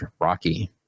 Rocky